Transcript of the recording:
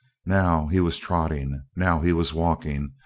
now he was trotting, now he was walking,